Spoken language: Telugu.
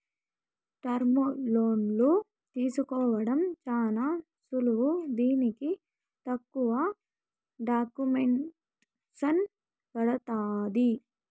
టర్ములోన్లు తీసుకోవడం చాలా సులువు దీనికి తక్కువ డాక్యుమెంటేసన్ పడతాంది